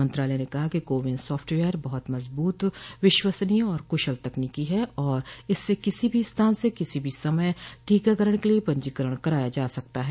मंत्रालय ने कहा कि कोविन सॉफ्टवेयर मजबूत विश्वसनीय और कुशल तकनीक है और इससे किसी भी स्थान से किसी भी समय टीकाकरण के लिए पंजीकरण कराया जा सकता है